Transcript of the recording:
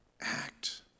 act